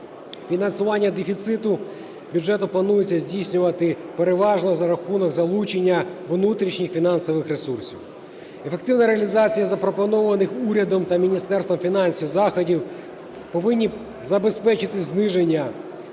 Фінансування дефіциту бюджету планується здійснити переважно за рахунок залучення внутрішніх фінансових ресурсів. Ефективна реалізація запропонованих урядом та Міністерством фінансів заходів повинні забезпечити зниження